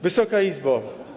Wysoka Izbo!